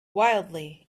wildly